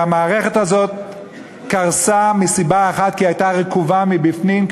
והמערכת הזאת קרסה מסיבה אחת: כי היא הייתה רקובה מבפנים,